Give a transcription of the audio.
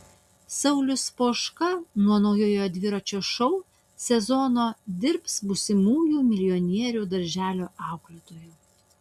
saulius poška nuo naujojo dviračio šou sezono dirbs būsimųjų milijonierių darželio auklėtoju